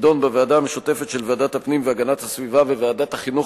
תידון בוועדה המשותפת של ועדת הפנים והגנת הסביבה וועדת החינוך,